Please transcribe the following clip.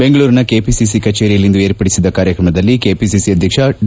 ಬೆಂಗಳೂರಿನ ಕೆಪಿಸಿಸಿ ಕಚೇರಿಯಲ್ಲಿಂದು ಏರ್ಪಡಿಸಿದ್ದ ಕಾರ್ಯಕ್ರಮದಲ್ಲಿ ಕೆಪಿಸಿಸಿ ಅಧ್ಯಕ್ಷ ಡಿ